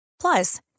Plus